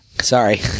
Sorry